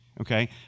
Okay